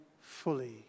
fully